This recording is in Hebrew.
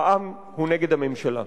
העם הוא נגד הממשלה.